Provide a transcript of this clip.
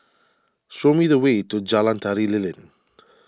show me the way to Jalan Tari Lilin